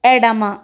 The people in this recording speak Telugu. ఎడమ